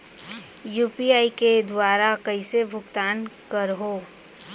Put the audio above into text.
UPI के दुवारा कइसे भुगतान करहों?